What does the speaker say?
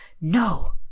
No